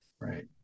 Right